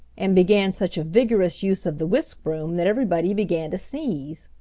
and began such a vigorous use of the whisk-broom that everybody began to sneeze.